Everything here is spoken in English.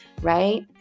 right